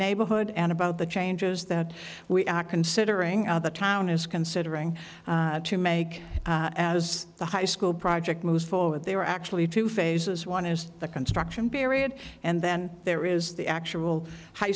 neighborhood and about the changes that we are considering the town is considering to make as the high school project moves forward they are actually two phases one is the construction period and then there is the actual high